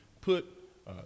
put